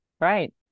Right